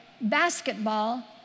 basketball